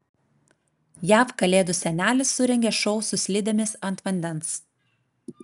jav kalėdų senelis surengė šou su slidėmis ant vandens